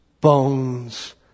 bones